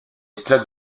éclat